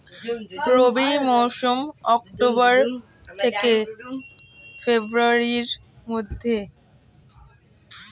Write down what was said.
রবি মৌসুম অক্টোবর থেকে ফেব্রুয়ারির মধ্যে